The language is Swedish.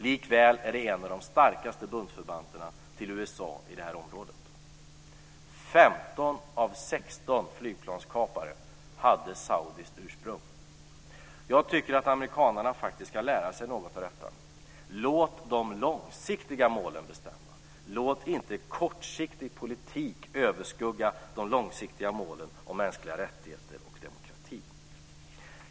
Likväl är det en av de av de starkaste bundsförvanterna till USA i detta område. 15 av 16 flygplanskapare hade saudiskt ursprung. Jag tycker att amerikanarna borde lära sig något av detta. Låt de långsiktiga målen bestämma! Låt inte kortsiktig politik överskugga de långsiktiga målen, mänskliga rättigheter och demokrati!